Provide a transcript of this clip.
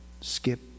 skip